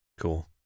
Cool